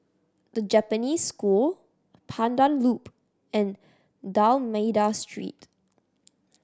The Japanese School Pandan Loop and D'Almeida Street